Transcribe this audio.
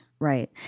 Right